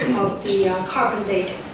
the carbon dating.